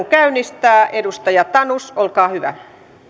käynnistää edustaja tanus olkaa hyvä